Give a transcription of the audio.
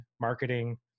marketing